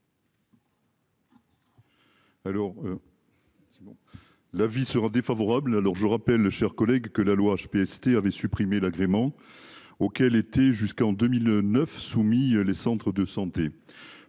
Sinon l'avis sera défavorable. Alors je rappelle, chers collègues, que la loi HPST avait supprimé l'agrément. Auxquels été jusqu'en 2009, soumis les centres de santé.